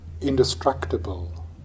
indestructible